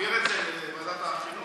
נעביר את זה לוועדת החינוך.